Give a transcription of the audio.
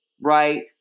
right